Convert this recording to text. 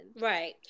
Right